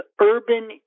urban